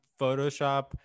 Photoshop